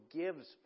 gives